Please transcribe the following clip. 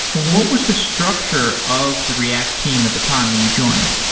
what was the structure of the react team at the time when you joined?